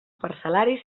parcel·laris